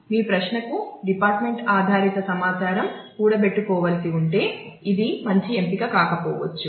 మీ ప్రశ్నకు డిపార్ట్మెంట్ ఆధారిత సమాచారం కూడబెట్టుకోవలసి ఉంటే ఇది మంచి ఎంపిక కాకపోవచ్చు